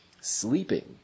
sleeping